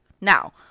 now